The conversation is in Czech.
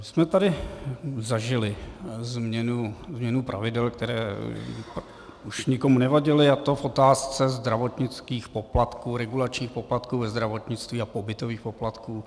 My jsme tady zažili změnu pravidel, která už nikomu nevadila, a to v otázce zdravotnických poplatků, regulačních poplatků ve zdravotnictví a pobytových poplatků.